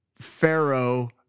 Pharaoh